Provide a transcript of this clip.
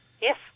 yes